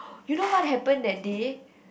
you know what happened that day